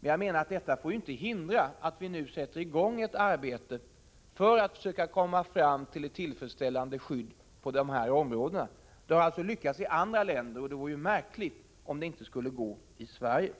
Men jag menar att detta inte får hindra att vi nu sätter i gång ett arbete för att försöka komma fram till ett tillfredsställande skydd på dessa områden. Det har alltså lyckats i andra länder, och det vore ju märkligt om det inte skulle gå i Sverige.